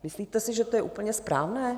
Myslíte si, že to je úplně správné?